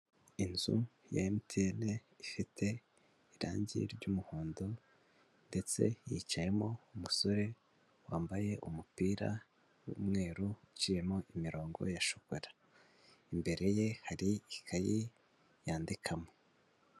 Inzu ya Emutiyene ifite irange ry'umuhondo ndetse yicayemo umusore wambaye umupira w'umweru uciyemo imirongo ya shokora, imbere ye hari ikayi yandikamo.